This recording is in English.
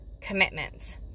commitments